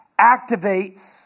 activates